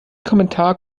kommentar